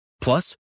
Plus